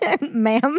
ma'am